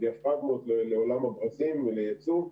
דיאפרגמות לעולם הברזים ולייצוא,